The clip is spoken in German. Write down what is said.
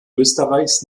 österreichs